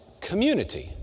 community